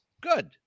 Good